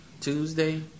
Tuesday